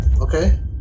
Okay